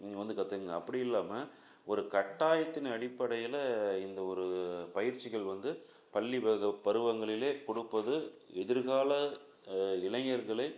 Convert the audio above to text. நீங்கள் வந்து கற்றுக்கங்க அப்படி இல்லாமல் ஒரு கட்டாயத்தின் அடிப்படையில் இந்த ஒரு பயிற்சிகள் வந்து பள்ளி பருவங்களிலேயே கொடுப்பது எதிர்கால இளைஞர்களை